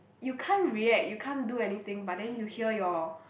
you can't react you can't do anything but then you hear your